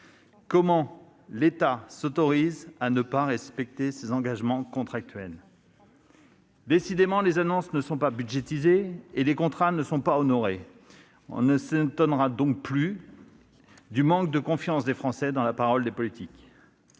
Comment l'État peut-il s'autoriser ainsi à ne pas respecter ses engagements contractuels ? Décidément, les annonces ne sont pas budgétisées et les contrats ne sont pas honorés ! On ne s'étonnera donc plus du manque de confiance des Français dans la parole des politiques.